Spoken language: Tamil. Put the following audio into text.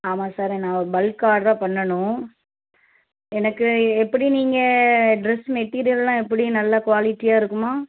ஆமாம் சார் நான் ஒரு பல்க் ஆடராக பண்ணணும் எனக்கு எப்படி நீங்கள் ட்ரெஸ் மெட்டீரியெல்லாம் எப்படி நல்லா குவாலிட்டியாக இருக்குமா